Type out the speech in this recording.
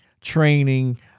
training